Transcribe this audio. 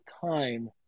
time